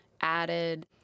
added